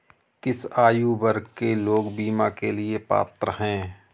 किस आयु वर्ग के लोग बीमा के लिए पात्र हैं?